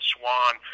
Swan